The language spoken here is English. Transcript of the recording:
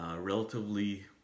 relatively